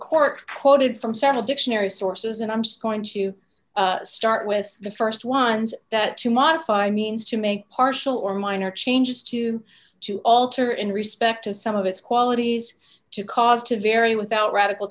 court quoted from several dictionary sources and i'm just going to start with the st ones that to modify means to make partial or minor changes to to alter in respect to some of its qualities to cause to vary without radical